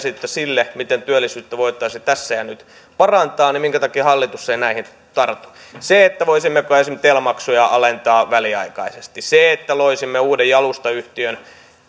esitystä sille miten työllisyyttä voitaisiin tässä ja nyt parantaa niin minkä takia hallitus ei näihin tartu se että voisimmeko esimerkiksi tel maksuja alentaa väliaikaisesti se että loisimme uuden jalustayhtiön